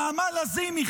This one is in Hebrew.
נעמה לזימי,